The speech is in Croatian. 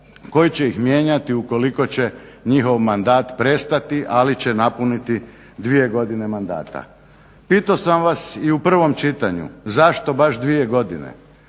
koji će ih mijenjati ukoliko će njihov mandat prestati ali će napuniti dvije godine mandata. Pitao sam vas i u prvom čitanju, zašto baš dvije godine?